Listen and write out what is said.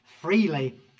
freely